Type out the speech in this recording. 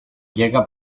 llega